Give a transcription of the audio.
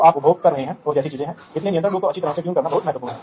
इसलिए संचार की विश्वसनीयता वास्तव में अत्यंत महत्वपूर्ण है